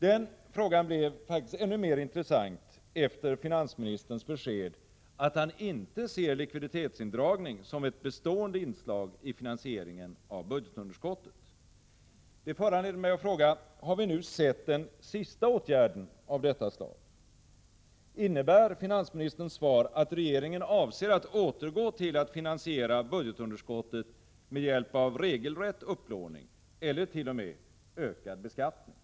Den frågan blev faktiskt ännu mer intressant efter finansministerns besked om att han inte ser likviditetsindragning som ett bestående inslag i finansieringen av budgetunderskottet. Det föranleder mig att fråga: Har vi nu sett den sista åtgärden av detta slag? Innebär finansministerns svar att regeringen avser att återgå till att finansiera budgetunderskottet med hjälp av regelrätt upplåning eller t.o.m. med hjälp av ökad beskattning?